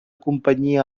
companyia